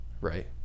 right